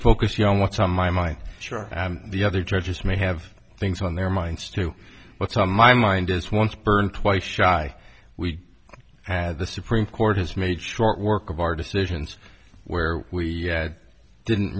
focus young what's on my mind chart the other judges may have things on their minds to what's on my mind as once burned twice shy we had the supreme court has made short work of our decisions where we didn't